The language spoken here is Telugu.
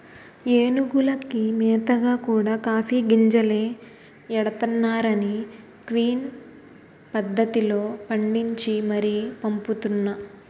ఏనుగులకి మేతగా కూడా కాఫీ గింజలే ఎడతన్నారనీ క్విన్ పద్దతిలో పండించి మరీ పంపుతున్నా